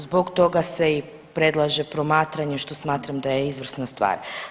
Zbog toga se i predlaže promatranje što smatram da je izvrsna stvar.